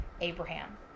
Abraham